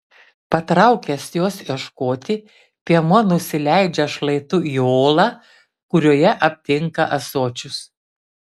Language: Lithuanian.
patraukęs jos ieškoti piemuo nusileidžia šlaitu į olą kurioje aptinka ąsočius